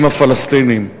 עם הפלסטינים.